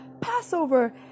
Passover